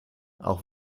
auch